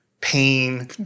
pain